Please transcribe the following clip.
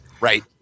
Right